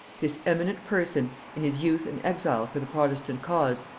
this eminent person, in his youth an exile for the protestant cause,